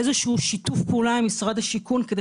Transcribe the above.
שיתוף פעולה כלשהו עם משרד השיכון כדי